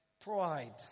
pride